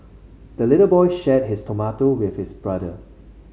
the little boy shared his tomato with his brother